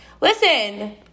Listen